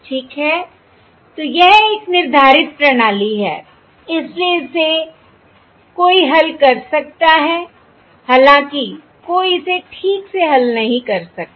तो यह एक निर्धारित प्रणाली है इसलिए कोई इसे हल कर सकता है हालांकि कोई इसे ठीक से हल नहीं कर सकता